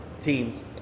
teams